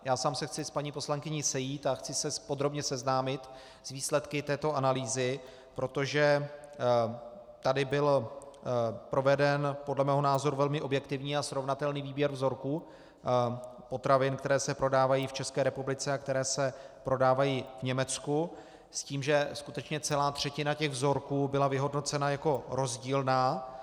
Já sám se chci s paní poslankyní sejít a chci se podrobně seznámit s výsledky této analýzy, protože tady byl proveden podle mého názoru velmi objektivní a srovnatelný výběr vzorků potravin, které se prodávají v České republice a které se prodávají v Německu, s tím, že skutečně celá třetina těch vzorků byla vyhodnocena jako rozdílná.